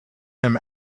him